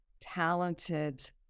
talented